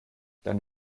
dann